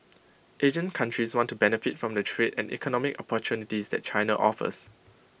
Asian countries want to benefit from the trade and economic opportunities that China offers